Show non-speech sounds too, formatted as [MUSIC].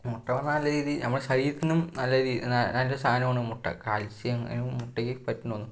മുട്ട പറഞ്ഞാൽ ഇതു നമ്മളെ ശരീരത്തിനും നല്ല ഒരു ഇതാണ് നല്ലൊരു സാധനമാണ് മുട്ട കാത്സ്യം അതിന് മുട്ടയിൽ [UNINTELLIGIBLE]